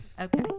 Okay